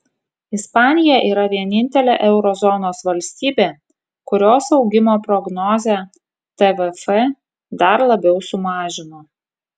ispanija yra vienintelė euro zonos valstybė kurios augimo prognozę tvf dar labiau sumažino